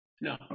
no